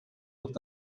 durch